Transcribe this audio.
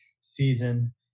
season